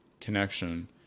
connection